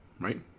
right